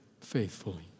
faithfully